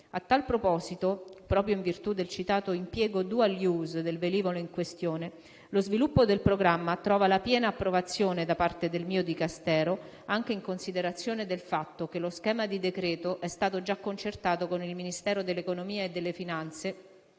A tal proposito, proprio in virtù del citato impiego *dual use* del velivolo in questione, lo sviluppo del programma trova la piena approvazione da parte del mio Dicastero anche in considerazione del fatto che lo schema di decreto è stato già concertato con il Ministero dell'economia e delle finanze